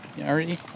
already